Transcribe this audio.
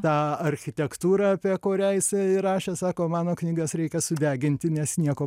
tą architektūrą apie kurią jisai rašė sako mano knygas reikia sudeginti nes nieko